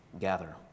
gather